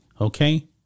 Okay